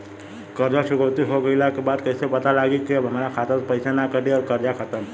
कर्जा चुकौती हो गइला के बाद कइसे पता लागी की अब हमरा खाता से पईसा ना कटी और कर्जा खत्म?